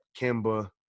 Kimba